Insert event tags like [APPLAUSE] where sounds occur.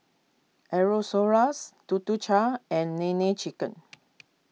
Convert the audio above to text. Aerosoles Tuk Tuk Cha and Nene Chicken [NOISE]